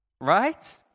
right